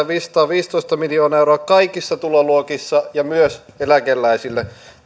viisisataaviisitoista miljoonaa euroa kaikissa tuloluokissa ja myös eläkeläisiltä